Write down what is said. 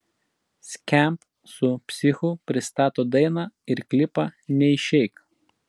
skamp su psichu pristato dainą ir klipą neišeik